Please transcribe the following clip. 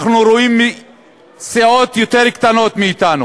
אנחנו רואים שסיעות קטנות מאתנו